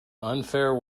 unfair